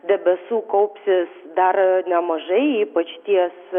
debesų kaupsis dar nemažai ypač ties